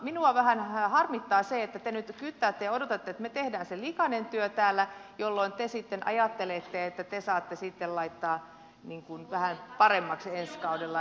minua vähän harmittaa se että te nyt kyttäätte ja odotatte että me teemme sen likaisen työn täällä jolloin te sitten ajattelette että te saatte laittaa vähän paremmaksi ensi kaudella